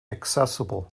accessible